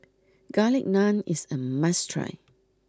Garlic Naan is a must try